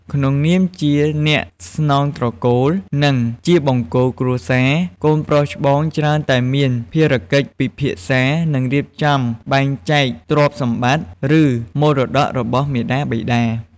ក្នុងនាមជាអ្នកស្នងត្រកូល និងជាបង្គោលគ្រួសារ កូនប្រុសច្បងច្រើនតែមានភារកិច្ចពិភាក្សា និងរៀបចំការបែងចែកទ្រព្យសម្បត្តិ ឬមរតករបស់មាតាបិតា។